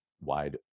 wide